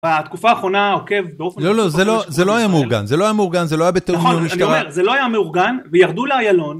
התקופה האחרונה עוקב באופן לא זה לא זה לא היה מאורגן זה לא היה מאורגן זה לא היה בתיאום עם המשטרה זה לא היה מאורגן וירדו לאיילון